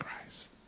Christ